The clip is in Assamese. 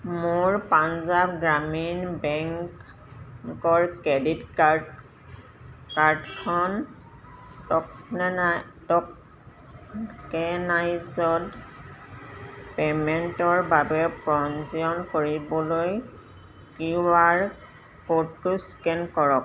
মোৰ পাঞ্জাৱ গ্ৰামীণ বেংকৰ ক্ৰেডিট কাৰ্ড কাৰ্ডখন টকেনাই ট'কেনাইজ্ড পে'মেণ্টৰ বাবে পঞ্জীয়ন কৰিবলৈ কিউআৰ ক'ডটো স্কেন কৰক